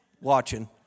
watching